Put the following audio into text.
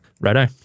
Righto